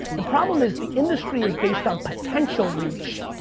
the problem is the industry is based on potential reach,